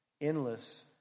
endless